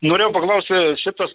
norėjau paklausti šitas